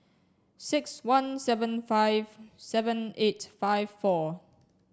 six one seven five seven eight five four